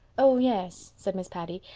oh, yes, said miss patty.